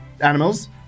animals